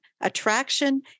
attraction